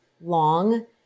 long